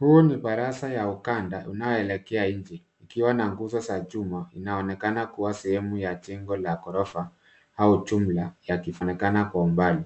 Huu ni baraza ya ukanda unayeelekea nje ukiwa na nguzo za chuma unaoneka kuwa sehemu ya jengo la ghorofa au jumba yakionekana kwa umbali.